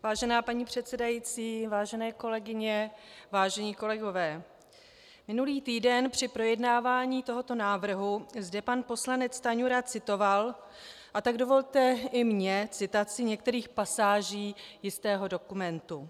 Vážená paní předsedající, vážené kolegyně, vážení kolegové, minulý týden při projednávání tohoto návrhu zde pan poslanec Stanjura citoval, a tak dovolte i mně citaci některých pasáží jistého dokumentu.